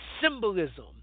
symbolism